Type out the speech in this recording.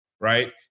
right